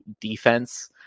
defense